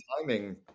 timing